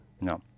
No